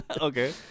Okay